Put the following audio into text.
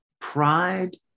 pride